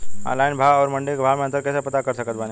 Online भाव आउर मंडी के भाव मे अंतर कैसे पता कर सकत बानी?